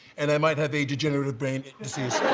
and i might have a degenerative brain disease